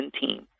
team